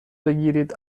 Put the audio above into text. بگیرید